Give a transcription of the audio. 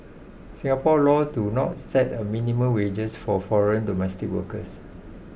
Singapore laws do not set a minimum wages for foreign domestic workers